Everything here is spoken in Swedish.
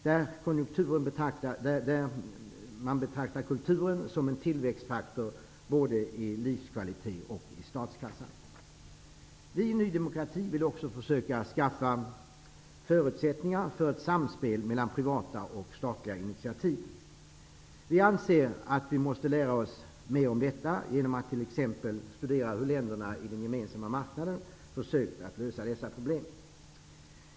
Där betraktar man kulturen som en tillväxtfaktor både i livskvalitet och i statskassa. Vi i Ny demokrati vill också försöka skaffa förutsättningar för samspel mellan privata och statliga initiativ. Vi anser att vi måste lära oss mer om detta genom att t.ex. studera hur länderna i den gemensamma marknaden försökt att lösa dessa problem.